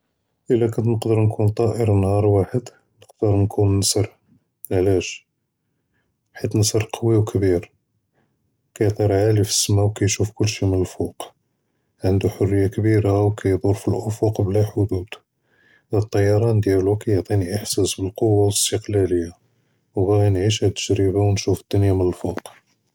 אלא כנת נقدر נקון טאיר נהאר ואחד נقدر נקון נסר, עלאש? חית אלנסר קוי וכביר, כיטיר עאלי פאלסמא וכישוף כלשי מן אלפוק, ענדו חריה כבירא וכידור פאלאפק בלא חדוד, אלטייראן דיאלו כיעטיני איחסאס בלקוה ולאסתקלליה וראדי נעש האד אלתג׳ריבה ונשוף אלדוניא מאלפוק.